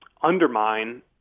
undermine